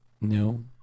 No